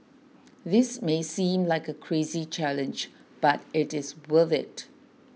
this may seem like a crazy challenge but it is worth it